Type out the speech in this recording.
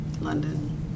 London